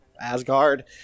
Asgard